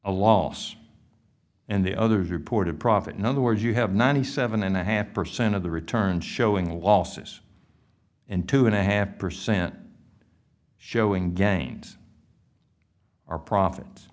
a loss and the others reported profit in other words you have ninety seven and a half percent of the returns showing losses in two and a half percent showing gains are profits